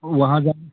वहाँ जाना